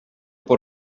pot